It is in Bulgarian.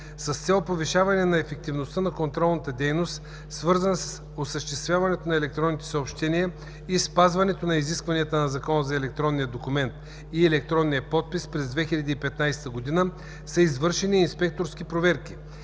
С цел повишаване на ефективността на контролната дейност, свързана с осъществяването на електронните съобщения и спазването на изискванията на Закона за електронния документ и електронния подпис, през 2015 г. са извършени инспекторски проверки.